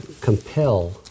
compel